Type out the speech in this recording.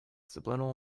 subliminal